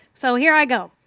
so here i go.